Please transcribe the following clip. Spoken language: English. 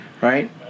right